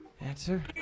Answer